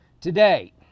Today